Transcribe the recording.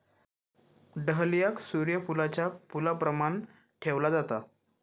डहलियाक सूर्य फुलाच्या फुलाप्रमाण ठेवला जाता